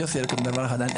יוסי, דבר אחד.